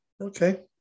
Okay